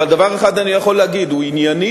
אבל דבר אחד אני יכול להגיד: הוא ענייני,